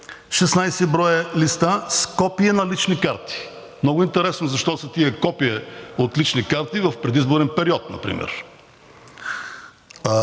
16 броя листа с копия на лични карти. Много интересно защо са тези копия от лични карти в предизборен период например?!